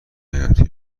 حیاتی